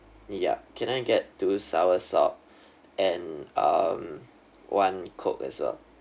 ya can I get two soursop and um one coke as well